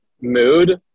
mood